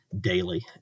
daily